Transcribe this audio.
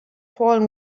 fallen